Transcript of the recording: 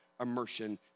immersion